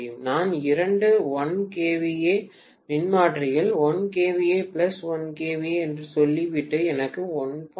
நான் இரண்டு 1 KVA மின்மாற்றிகள் 1 KVA பிளஸ் 1 KVA என்று சொல்லிவிட்டு எனக்கு 1